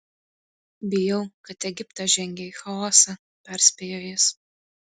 bijau kad egiptas žengia į chaosą perspėjo jis